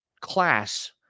class